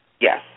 Yes